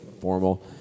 formal